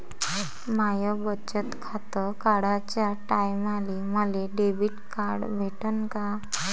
माय बचत खातं काढाच्या टायमाले मले डेबिट कार्ड भेटन का?